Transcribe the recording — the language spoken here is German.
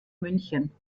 münchen